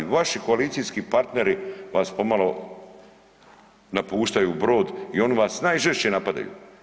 Vaši koalicijski partneri vas pomalo napuštaju brod i oni vas najžešće napadaju.